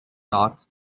thought